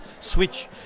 switch